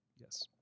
Yes